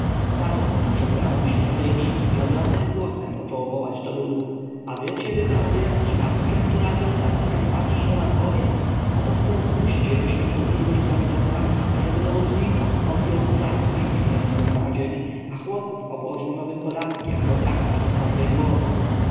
stanął on przed bramą świątyni i ogromnym głosem począł wołać do ludu a wiecie wy prawowierni nad czem tu radzą arcykapłani i nomarchowie oto chcą zmusić jego świątobliwość ramzesa ażeby robotnikom odjął po placku jęczmiennym na dzień a chłopów obłożył nowym podatkiem po drachmie od każdej głowy